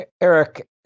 Eric